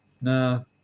No